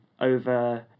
over